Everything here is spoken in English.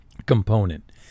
component